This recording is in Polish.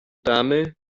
tamy